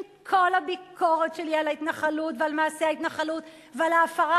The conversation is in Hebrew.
עם כל הביקורת שלי על ההתנחלות ועל מעשה ההתנחלות ועל ההפרה